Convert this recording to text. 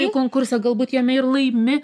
į konkursą galbūt jame ir laimi